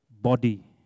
Body